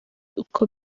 uko